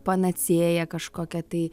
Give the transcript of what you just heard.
panacėja kažkokia tai